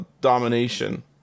domination